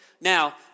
Now